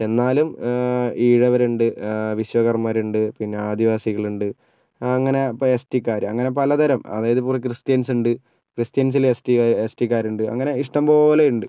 പക്ഷേ എന്നാലും ഈഴവരുണ്ട് വിശ്വകർമ്മരുണ്ട് പിന്നെ ആദിവാസികളുണ്ട് അങ്ങനെ അപ്പോൾ എസ് റ്റിക്കാർ അങ്ങനെ പലതരം അതായതിപ്പോൾ ക്രിസ്ത്യൻസുണ്ട് ക്രിസ്ത്യൻസിലെ എസ് റ്റി എസ് റ്റിക്കാരുണ്ട് അങ്ങനെ ഇഷ്ടം പോലെ ഉണ്ട്